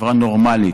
חברה נורמלית,